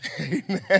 amen